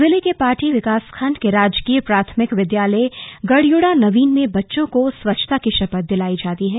जिले के पाटी विकासखंड के राजकीय प्राथमिक विद्यालय गडयुड़ा नवीन में बच्चों को स्वच्छता की शपथ दिलाई जाती है